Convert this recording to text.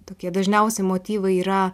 tokie dažniausi motyvai yra